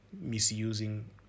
misusing